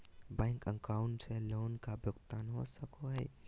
Bank account से loan का भुगतान हो सको हई?